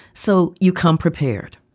so you come prepared.